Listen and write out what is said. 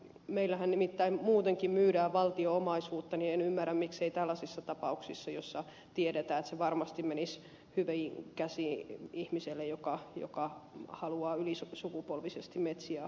meillähän nimittäin muutenkin myydään valtion omaisuutta niin että en ymmärrä miksi ei tällaisissa tapauksissa joissa tiedetään että se varmasti menisi hyviin käsiin ihmiselle joka haluaa ylisukupolvisesti metsiään hoitaa